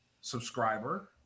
subscriber